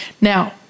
Now